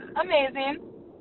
amazing